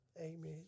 Amen